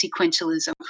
sequentialism